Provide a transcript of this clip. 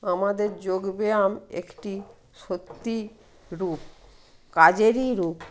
আমাদের যোগ ব্যায়াম একটি সত্যি রূপ কাজেরই রূপ